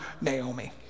Naomi